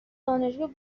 دانشگاه